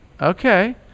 okay